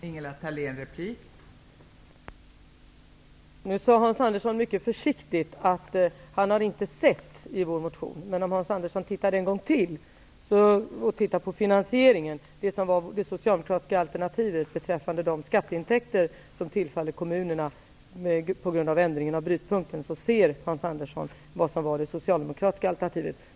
Fru talman! Nu sade Hans Andersson mycket försiktigt att han inte hade sett i vår motion, men om han tittar en gång till skall han finna att det socialdemokratiska alternativet till finansiering innebar att kommunerna skulle få skatteintäkter genom en ändring av brytpunkten.